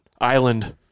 island